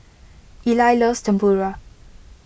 Eli loves Tempura